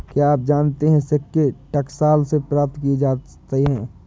क्या आप जानते है सिक्के टकसाल से प्राप्त किए जाते हैं